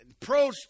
pro